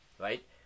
right